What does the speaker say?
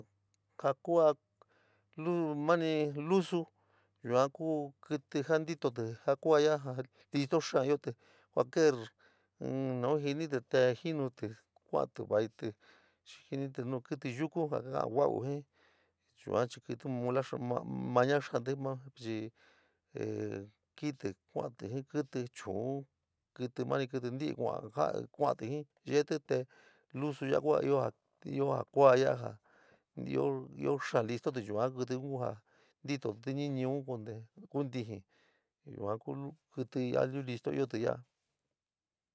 Ja kua lusa naníí luso yua kuu kítíí ja ntitatíí ja kua yua listo xaa iótíí cualquier in nou jíntíti te junutíí kaatíí veetíí chíí jintinti te kítíí yuko. Ja neen yua chíí jentíí yaa kua yua matíí noa níí kitíí ma xítíí kítíí kasayíí síí tuetúíí nunumíí kíntííí jíí te kuótíí. jíí yeetí te ío liso yua kua ío ja kua listoti yuan kitiun jaa ntiotí ní niu konte kuntiji yua ku luso kití ío ja io listo íoti ya´a.